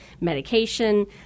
medication